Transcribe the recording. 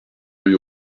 rue